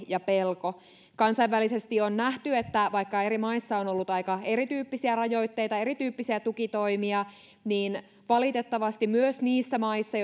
ja pelko kansainvälisesti on nähty että vaikka eri maissa on on ollut aika eri tyyppisiä rajoitteita eri tyyppisiä tukitoimia niin valitettavasti myös niissä maissa